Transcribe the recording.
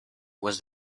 was